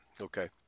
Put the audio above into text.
okay